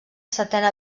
setena